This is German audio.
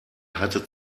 hatte